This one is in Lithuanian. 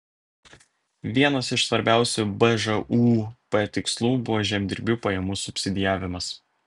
vienas iš svarbiausių bžūp tikslų buvo žemdirbių pajamų subsidijavimas